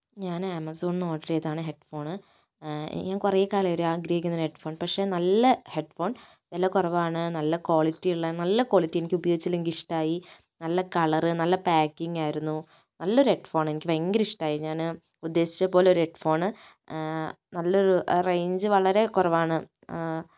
ഞാൻ ആമസോണിൽ നിന്ന് ഓർഡർ ചെയ്തതാണ് ഹെഡ് ഫോണ് ഞാൻ കുറെ കാലമായി ആഗ്രഹിക്കുന്നു ഒരു ഹെഡ് ഫോൺ പക്ഷെ നല്ല ഹെഡ് ഫോൺ വിലകുറവാണ് നല്ല ക്വാളിറ്റിയുള്ള നല്ല ക്വാളിറ്റി എനിക്ക് ഉപയോഗിച്ചെല് ഇഷടായി നല്ല കളർ നല്ല പാക്കിങ് ആയിരുന്നു നല്ലൊരു ഹെഡ്ഫോൺ എനിക്ക് ഭയങ്കര ഇഷ്ടയായി ഞാന് ഉദ്ദേശിച്ചത് പോലൊരു ഹെഡ്ഫോൺ നല്ലൊരു റേഞ്ച് വളരെ കുറവ് ആണ്